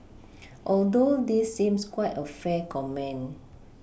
although this seems quite a fair comment